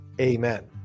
amen